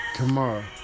tomorrow